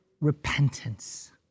repentance